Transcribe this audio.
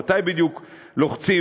מתי בדיוק לוחצים,